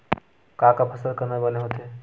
का का फसल करना बने होथे?